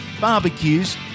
barbecues